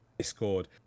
discord